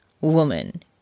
woman